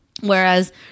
whereas